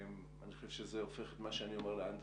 אני חושב שזה הופך את מה שאני אומר לאנדר-סטייטמנט.